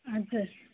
हजुर